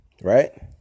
Right